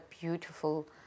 beautiful